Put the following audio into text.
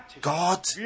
God